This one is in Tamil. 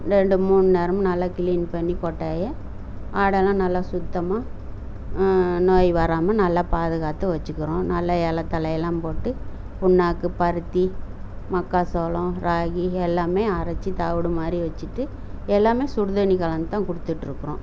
ரெண்டு மூணு நேரமும் நல்லா க்ளீன் பண்ணி கொட்டாயை ஆடெல்லாம் நல்லா சுத்தமாக நோய் வராமல் நல்லா பாதுகாத்து வைச்சுக்குறோம் நல்லா இல தழையெலாம் போட்டு புண்ணாக்கு பருத்தி மக்காச்சோளம் ராகி எல்லாமே அரைத்து தவிடு மாதிரி வச்சுட்டு எல்லாமே சுடுதண்ணி கலந்து தான் கொடுத்துட்ருக்குறோம்